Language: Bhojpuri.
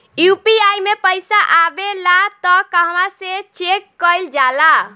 यू.पी.आई मे पइसा आबेला त कहवा से चेक कईल जाला?